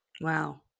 Wow